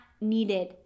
needed